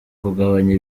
kugabanya